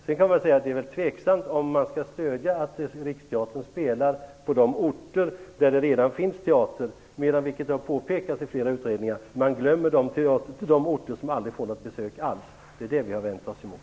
Sedan kan man ifrågasätta att Riksteatern spelar på de orter där det redan finns teater, medan, vilket har påpekats i flera utredningar, de orter som aldrig får något besök alls glöms bort. Det är det vi har vänt oss emot.